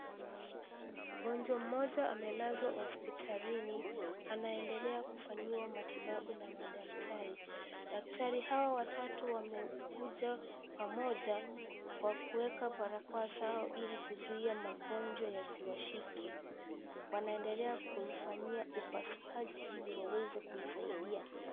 Mgonjwa mmoja amelazwa hospitalini anaendelea kufanyiwa matibabu na madaktari ,madaktari hao watatu wamekuja pamoja kwa kuweka barakoa sawa hili kuzuia magonjwa yasiwashike wanaendelea kumfanyia upasuaji hili waweze kumsaidia.